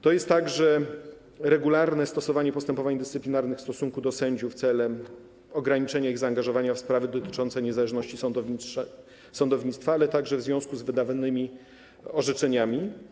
To jest także regularne stosowanie postępowań dyscyplinarnych w stosunku do sędziów w celu ograniczenia ich zaangażowania w sprawy dotyczące niezależności sądownictwa, ale także w związku z wydawanymi orzeczeniami.